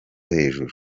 hejuru